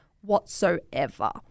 whatsoever